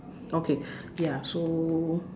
okay ya so